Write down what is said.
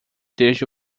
desde